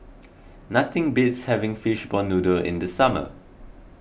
nothing beats having Fishball Noodle in the summer